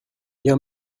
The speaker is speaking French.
bien